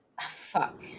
Fuck